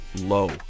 Low